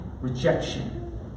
rejection